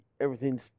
everything's